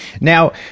Now